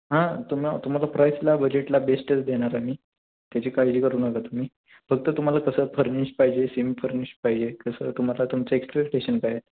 हां तुम्हा तुम्हाला प्राईसला बजेटला बेस्टच देणार आम्ही त्याची काळजी करू नका तुम्ही फक्त तुम्हाला कसं फर्निश पाहिजे सेमी फर्निश पाहिजे कसं तुम्हाला तुमचं एक्सपेक्टेशन काय आहे